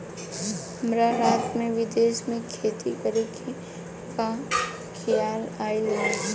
हमरा रात में विदेश में खेती करे के खेआल आइल ह